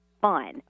fun